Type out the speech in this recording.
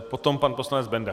Potom pan poslanec Benda.